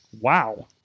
Wow